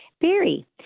Barry